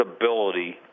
ability